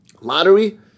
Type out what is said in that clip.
lottery